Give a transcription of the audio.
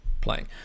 playing